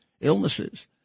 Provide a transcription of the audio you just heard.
illnesses